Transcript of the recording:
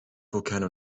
volcano